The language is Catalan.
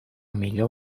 millor